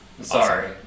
sorry